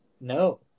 no